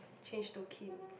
change to Kim